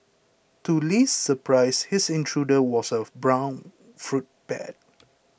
to Li's surprise his intruder was of brown fruit bat